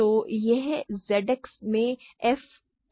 तो यह Z X में f की फ़ैक्टराइज़ेशन है